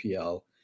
PL